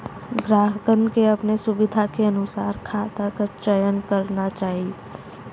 ग्राहकन के अपने सुविधा के अनुसार खाता क चयन करना चाही